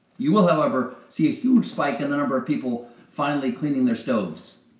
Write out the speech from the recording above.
you will, however, see a huge spike in the number of people finally cleaning their stoves.